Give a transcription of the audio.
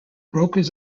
brokers